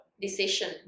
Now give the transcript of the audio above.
decision